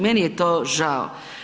Meni je to žao.